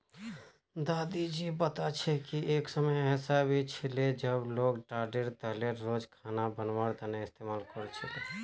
दादी जी बता छे कि एक समय ऐसा भी छिले जब लोग ताडेर तेलेर रोज खाना बनवार तने इस्तमाल कर छीले